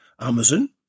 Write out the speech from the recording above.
Amazon